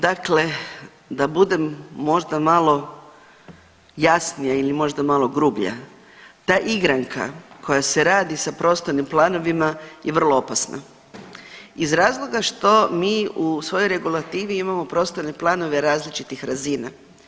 Dakle, da budem možda malo jasnija ili možda malo grublja ta igranka koja se radi sa prostornim planovima je vrlo opasna iz razloga što mi u svojoj regulativi imamo prostorne planove različitih razina.